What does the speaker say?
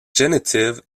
genitive